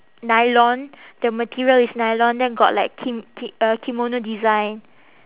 nylon the material is nylon then got like kim~ ki~ uh kimono design